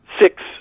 six